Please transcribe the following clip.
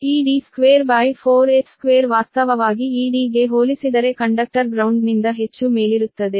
ಈ D24h2 ವಾಸ್ತವವಾಗಿ ಈ d ಗೆ ಹೋಲಿಸಿದರೆ ಕಂಡಕ್ಟರ್ ಗ್ರೌಂಡ್ನಿಂದ ಹೆಚ್ಚು ಮೇಲಿರುತ್ತದೆ